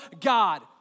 God